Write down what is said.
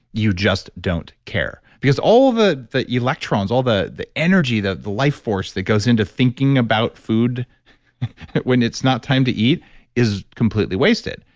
you just don't care because all of the the electrons, all the the energy that the life force that goes into thinking about food when it's not time to eat is completely wasted.